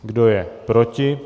Kdo je proti?